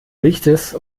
lichtes